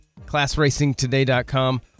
ClassRacingToday.com